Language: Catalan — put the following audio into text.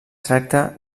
tracta